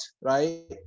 right